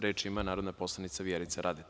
Reč ima narodna poslanica Vjerica Radeta.